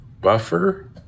buffer